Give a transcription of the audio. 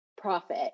profit